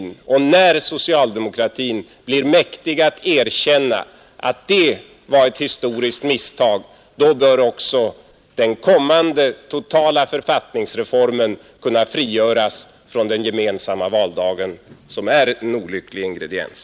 Om och när socialdemokratin blir mäktig att erkänna att detta var ett historiskt misstag, då bör den kommande totala författningsreformen kunna frigöras från den gemensamma valdagen, som är en olycklig ingrediens.